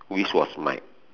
which was my